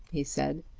he said,